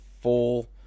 full